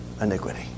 iniquity